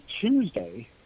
Tuesday